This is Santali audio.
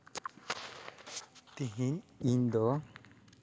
ᱛᱤᱦᱤᱧ ᱤᱧᱫᱚ